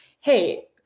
hey